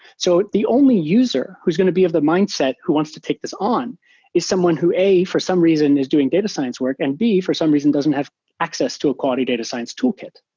so the only user who's going to be of the mindset who wants to take this on is someone who, a, for some reason is doing data science work, and b, for some reason doesn't have access to a quality data science toolkit.